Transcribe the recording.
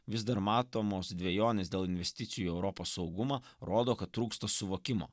vis dar matomos dvejonės dėl investicijų į europos saugumą rodo kad trūksta suvokimo